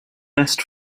best